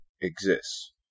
exists